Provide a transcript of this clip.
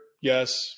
Yes